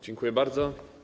Dziękuję bardzo.